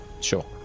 Sure